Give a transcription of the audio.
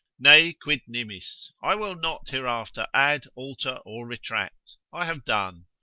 ne quid nimis, i will not hereafter add, alter, or retract i have done.